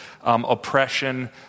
oppression